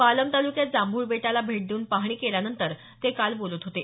पालम तालुक्यात जांभूळबेटाला भेट देऊन पाहणी केल्यानंतर ते बोलत होते